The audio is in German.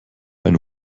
ein